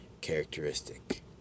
characteristic